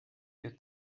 der